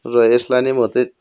र यसलाई नै म चाहिँ